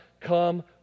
come